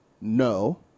No